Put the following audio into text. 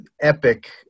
Epic